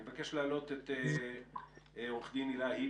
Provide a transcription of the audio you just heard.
אני מבקש להעלות את עורכת הדין הילה היבש,